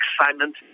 excitement